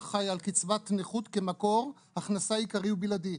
חיה על קצבת נכות כמקור הכנסה עיקרי ובלעדי.